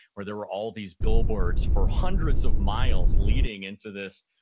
where there were all these billboards for hundreds of miles leading into this,